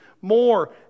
more